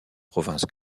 province